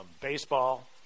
baseball